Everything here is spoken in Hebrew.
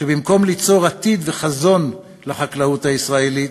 שבמקום ליצור עתיד וחזון לחקלאות הישראלית,